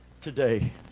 today